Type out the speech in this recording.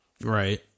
Right